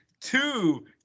two